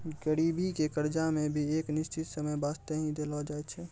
गरीबी के कर्जा मे भी एक निश्चित समय बासते ही देलो जाय छै